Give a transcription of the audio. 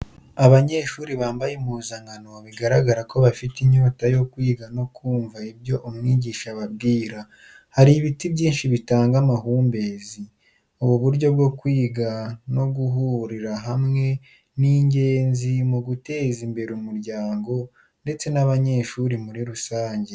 Abanyeshuri bambaye impuzankano, bigaragara ko bafite inyota yo kwiga no kumva ibyo umwigisha ababwira. Hari ibiti byinshi bitanga amahumbezi. Ubu buryo bwo kwiga no guhurira hamwe ni ingenzi mu guteza imbere umuryango ndetse n'abanyeshuri muri rusange.